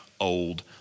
old